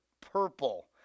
purple